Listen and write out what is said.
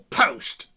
post